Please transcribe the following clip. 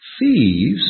Thieves